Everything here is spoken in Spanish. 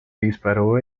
disparó